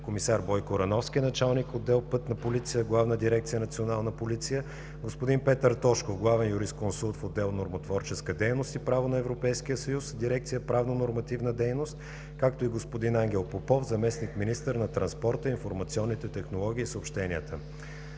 комисар Бойко Рановски – началник отдел „Пътна полиция“ в Главна дирекция „Национална полиция“, господин Петър Тошков – главен юрисконсулт в отдел „Нормотворческа дейност и право на Европейския съюз“, дирекция „Правно-нормативна дейност“, както и господин Ангел Попов – заместник-министър на транспорта, информационните технологии и съобщенията.